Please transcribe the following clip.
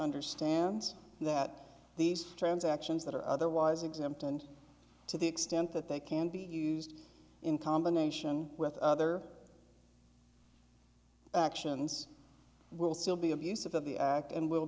understands that these transactions that are otherwise exempt and to the extent that they can be used in combination with other actions will still be abusive of the act and w